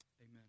Amen